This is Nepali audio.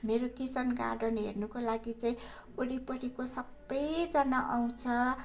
मेरो किचन गार्डन हेर्नको लागि चाहिँ वरिपरिको सबैजना आउँछन्